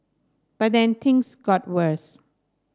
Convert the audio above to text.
but then things got worse